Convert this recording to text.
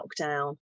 lockdown